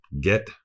Get